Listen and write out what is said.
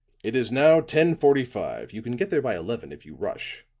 it is now ten forty five. you can get there by eleven if you rush.